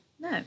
no